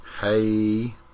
Hey